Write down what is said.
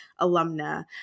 alumna